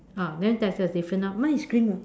ah then there's a different orh mine is green mah